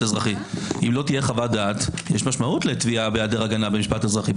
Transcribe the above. אז אם לא תהיה חוות דעת יש משמעות לתביעה בהיעדר הגנה במשפט אזרחי.